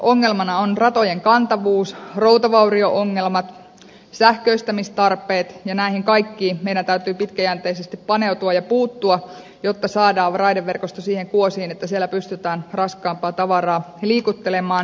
ongelmana on ratojen kantavuus routavaurio ongelmat ja sähköistämistarpeet ja näihin kaikkiin meidän täytyy pitkäjänteisesti paneutua ja puuttua jotta saadaan raideverkosto siihen kuosiin että siellä pystytään raskaampaa tavaraa liikuttelemaan